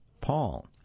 Paul